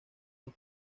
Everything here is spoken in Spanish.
los